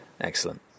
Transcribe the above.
Excellent